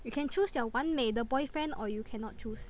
you can choose the 完美的 boyfriend or you cannot choose